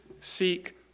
seek